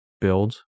build